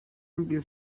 amplia